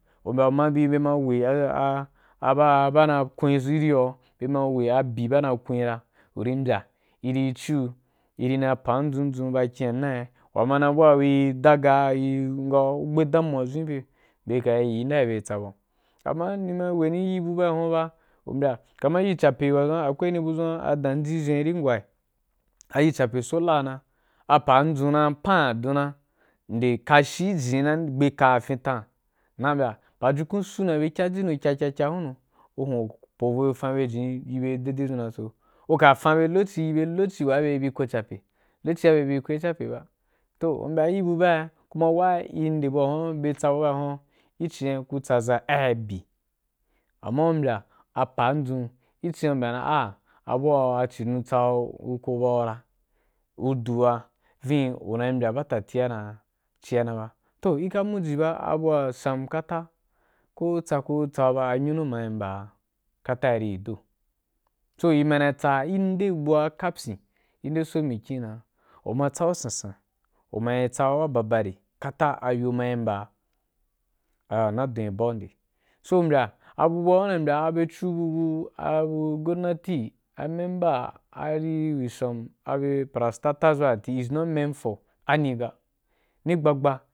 U mbya u mayi bi bye ma wei a aba ba na kun ʒu rī yo a bye ma wei a byi ba na kun’i ra. U ri mbya i ri cio, i ri na pan dʒun dʒun ba kina a ndi umana abua gun daga guri ma ku gbe damuwa dʒun gi bye, beri yi kan da bye d tsa bagu. Amma nima yi wei nì in bu ba na huwa na ba, umbya kama in gape wa huan wani ri ba a huan wani ri ba a huan a danji zhen’í rí ungua’i, a iri japesolar na, a pan dʒun na pan na nde kashi gi jini na gbe ka ya fin tan. Una mbya pajur kun suna bye kya jī n nu kya kua kya hunnu ku hunnu po hunu fan bye jimi dei dei dʒun byeko, ku ka fan bye lokoci yibe wa la bye ri bi na ko jape lo ko ci a bye bi ko bye japeba toh, u mbya i ri bu ba baya kuma while nde bu ba i hur bye tsa bu ba’i huan aji ku tsa za aì abyi, tama umbya a padʒun, gi ci an ku mbye dan a a ci don tsa ku ko ba ura, ku dula vīn kun mbya ba fati dan cia na ba. Toh ika moji ba, a buwa sam kata ko u tsa ko u tsa’u ba, a nyunu ba mba kata’i iri do do, so i ma na tsa i nde ndo’a kapyin nna nde so mikyin dan u ma nna nde so mikyim an u ma tsa a̍ san san u ma tsa wa ba ba re kata, a yo ma yi mba a wa na dun ri bau, so mbya abu ba una yi mbya abye cu bye bu a a abu gonnati, a member, a bu some a bu parastalas is not mean for ani ɓa ni gbagba. Kuma while hnde bu ba ihur bye tsa bu ba’i huan aji ku tsaza aì abyi, tama umbya dan a a cidon tsa ku ko ba ura, ku duꞌa vīn kun mbya ba tatai dan ci’a na ba. Toh ika moji ba, abuwa sam kata ko u tsa ko u tsa’u ba, a nyunu ba mba kataꞌꞌi iri dod do, so i ma na tsa i nde nda’a kapyin nna nde so mikyín dan u ma tsa a̍ san san uma tsa wa ba ba re kata, a yo ma yi mba a wa na dua ri bau, do mbya abu ba una yi mbya abye cu bye bu a a abu gonnati, a member, a bu some a bu parastatals is not meant for ani ba ni gbagba.